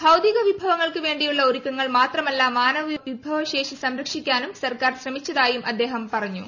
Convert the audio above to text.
ഭൌതിക വിഭവങ്ങൾക്കു വേണ്ടിയുള്ള ഒരുക്കങ്ങൾ മാത്രമല്ല മാനവവിഭവശേഷി സംരക്ഷിക്കാൻ ശ്രമിച്ചതായും അദ്ദേഹം പറഞ്ഞു